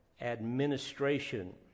administration